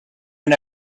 and